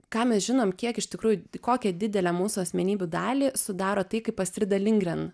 ką mes žinom kiek iš tikrųjų kokią didelę mūsų asmenybių dalį sudaro tai kaip astrida lingren